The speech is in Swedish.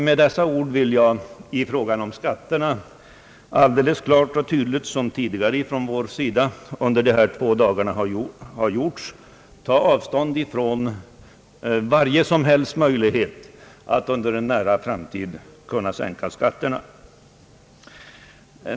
Med dessa ord vill jag ta avstånd från varje tanke på att under en nära framtid sänka skatterna, vilket under de här två dagarna också tidigare har gjorts från vår sida.